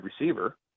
receiver